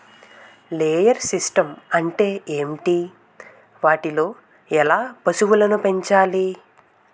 Layer systems అంటే ఏంటి? వాటిలో ఎలా పశువులను పెంచాలి?